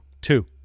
Two